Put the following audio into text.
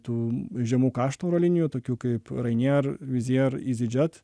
tų žemų kaštų oro linijų tokių kaip ryanair wizzair easy jet